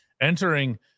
Entering